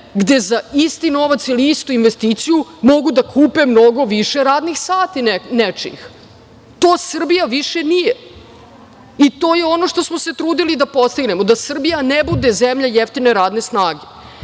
gde za isti novac ili istu investiciju mogu da kupe mnogo više radnih sati nečijih. To Srbija više nije, i to je ono što smo se trudili da postignemo, da Srbija ne bude zemlja jeftine radne snage. Da